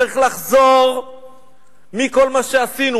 צריך לחזור מכל מה שעשינו,